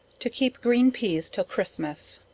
to keep green peas till christmas.